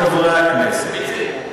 חברי חברי הכנסת,